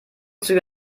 züge